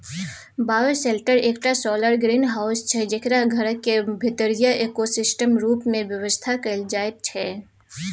bioshelter एकटा solar greenhouse छै जकरा घरक भीतरीया इकोसिस्टम रुप मे बेबस्था कएल जाइत छै